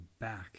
back